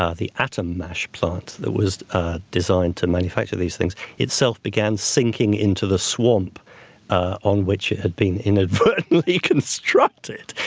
ah the atom mash plant that was ah designed to manufacture these things itself began sinking into the swamp ah on which it had been inadvertently constructed.